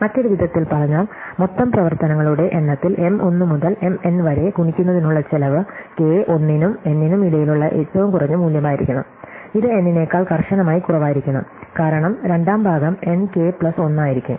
മറ്റൊരു വിധത്തിൽ പറഞ്ഞാൽ മൊത്തം പ്രവർത്തനങ്ങളുടെ എണ്ണത്തിൽ M 1 മുതൽ M n വരെ ഗുണിക്കുന്നതിനുള്ള ചെലവ് k 1 നും n നും ഇടയിലുള്ള ഏറ്റവും കുറഞ്ഞ മൂല്യമായിരിക്കണം ഇത് n നെക്കാൾ കർശനമായി കുറവായിരിക്കണം കാരണം രണ്ടാം ഭാഗം n k പ്ലസ് 1 ആയിരിക്കും